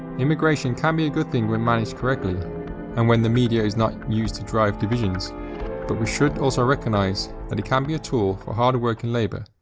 immigration can be a good thing when managed correctly and when the media is not used to drive divisions but we should also recognize that it can be a tool for hardworking labour,